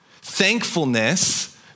Thankfulness